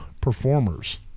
performers